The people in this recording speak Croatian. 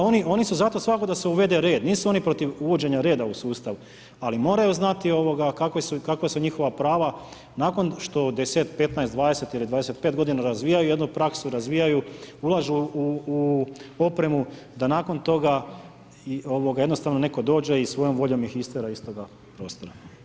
Oni su za to, svakako da se uvede red, nisu oni protiv uvođenja reda u sustav, ali moraju znati kakva su njihova prava nakon što 10, 15, 20 ili 25 g. razvijaju jednu praksu, ulažu u opremu da nakon toga i jednostavno netko dođe i svojom voljom ih istjera iz toga prostora.